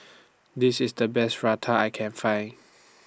This IS The Best Raita I Can Find